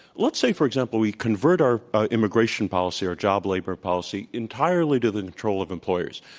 let's say, for example, we convert our immigration policy, our job labor policy entirely to the control of employers.